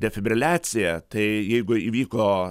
defibriliacija tai jeigu įvyko